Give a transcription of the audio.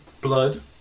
blood